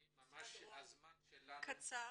הזמן שלנו קצר.